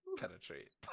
penetrate